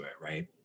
Right